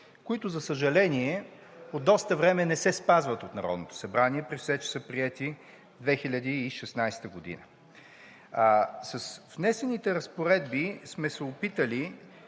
които, за съжаление, от доста време не се спазват от Народното събрание, при все че са приети 2016 г. С внесените разпоредби сме се опитали